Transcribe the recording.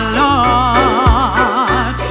lord